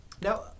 Now